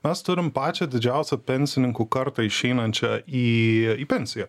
mes turim pačią didžiausią pensininkų kartą išeinančią į į pensiją